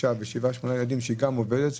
שישה ושבעה ילדים שהיא גם עובדת,